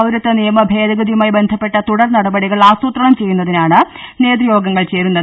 പൌരത്വനിയമ ഭേദഗതി യുമായി ബന്ധപ്പെട്ട തുടർ നടപടികൾ ആസൂത്രണം ചെയ്യുന്നതി നാണ് നേതൃയോഗങ്ങൾ ചേരുന്നത്